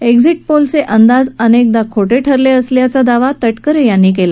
exit पोलचे अंदाज अनेकदा खोटे ठऱले असल्याचा दावा तटकरे यांनी केला